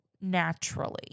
naturally